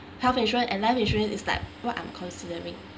health insurance and life insurance is like what I'm considering